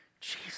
Jesus